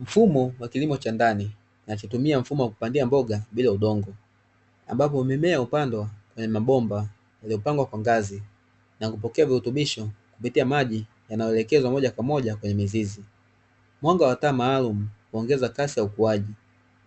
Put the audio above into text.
Mfumo wa kilimo cha ndani nachotumia mfumo wa kupandia mboga bila udongo, ambapo mimea upande wa bomba lilipangwa kwa ngazi na kupokea virutubisho kupitia maji yanayoelekezwa moja kwa moja kwenye mizizi, mwanga wa taa maalumu kuongeza kasi ya ukuaji